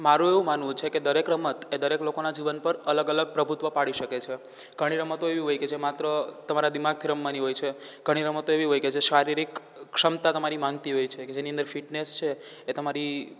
મારું એવું માનવું છે કે દરેક રમત એ દરેક લોકોના જીવન પર અલગ અલગ પ્રભુત્વ પાડી શકે છે ઘણી રમતો એવી હોય કે જે માત્ર તમારા દિમાગથી રમવાની હોય છે ઘણી રમતો એવી હોય કે જે શારીરિક ક્ષમતા તમારી માંગતી હોય છે કે જેની અંદર ફિટનેસ છે એ તમારી